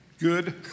Good